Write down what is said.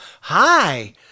hi